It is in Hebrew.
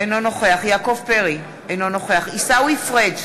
אינו נוכח יעקב פרי, אינו נוכח עיסאווי פריג'